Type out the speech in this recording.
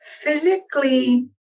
physically